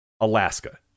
Alaska